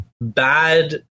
bad